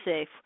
safe